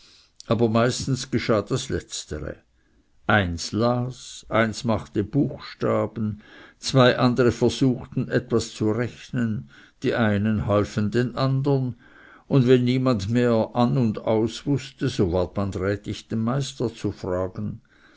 aber meistens geschah das letztere eins las eins machte buchstaben zwei andere versuchten etwas zu rechnen die einen halfen den andern und wenn niemand mehr aus und an wußte so ward man rätig den meister zu fragen